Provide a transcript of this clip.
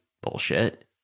bullshit